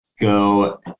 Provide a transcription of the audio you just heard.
go